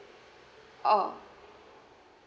oh